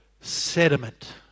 sediment